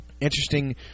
Interesting